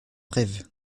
rêve